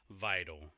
vital